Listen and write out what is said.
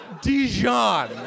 Dijon